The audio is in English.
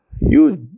huge